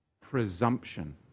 Presumption